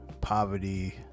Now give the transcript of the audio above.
poverty